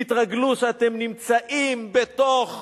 תתרגלו שאתם נמצאים בתוך